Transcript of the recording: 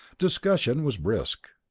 discussion was brisk.